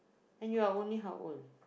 and you're only how old